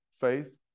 faith